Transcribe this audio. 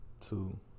two